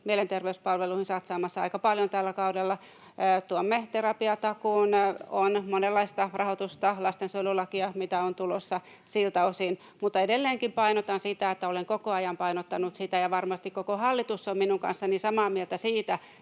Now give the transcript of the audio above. mielenterveyspalveluihin satsaamassa aika paljon tällä hallituskaudella, tuomme terapiatakuun ja on monenlaista rahoitusta ja lastensuojelulakia, mitä on tulossa siltä osin, mutta edelleenkin painotan ja olen koko ajan painottanut, ja varmasti koko hallitus on minun kanssani samaa mieltä siitä,